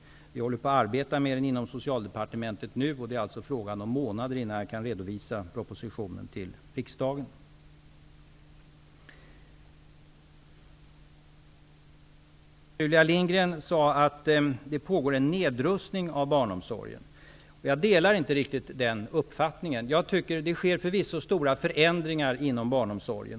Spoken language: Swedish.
Vi på Socialdepartementet arbetar för närvarande med propositionen. Det är alltså fråga om månader innan jag kan redovisa den för riksdagen. Sylvia Lindgren sade att det pågår en nedrustning av barnomsorgen. Jag delar inte riktigt den uppfattningen. Det sker förvisso stora förändringar inom barnomsorgen.